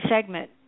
segment